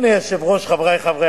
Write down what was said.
אם כן, ההחלטה אושרה, נתקבלה.